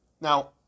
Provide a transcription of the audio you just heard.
Now